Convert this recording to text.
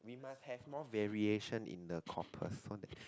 we must have more variation in the corpus so that